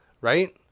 Right